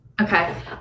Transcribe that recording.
Okay